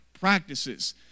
practices